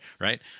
right